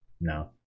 No